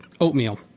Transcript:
oatmeal